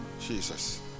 jesus